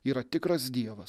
yra tikras dievas